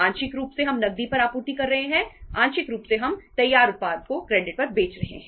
आंशिक रूप से हम नकदी पर आपूर्ति कर रहे हैं आंशिक रूप से हम तैयार उत्पाद को क्रेडिट पर बेच रहे हैं